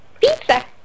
Pizza